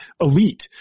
elite